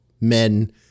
men